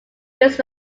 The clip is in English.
used